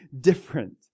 different